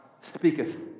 speaketh